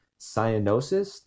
cyanosis